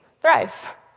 thrive